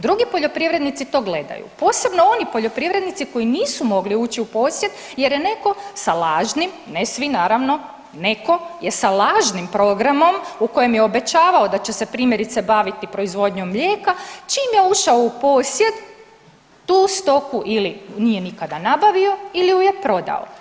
Drugi poljoprivrednici to gledaju, posebno oni poljoprivrednici koji nisu mogli ući u posjed jer je neko sa lažnim, ne svi naravno, neko je sa lažnim programom u kojem je obećavao da će se primjerice baviti proizvodnjom mlijeka čim je ušao u posjed tu stoku ili nije nikada nabavio ili ju je prodao.